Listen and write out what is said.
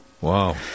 Wow